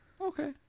Okay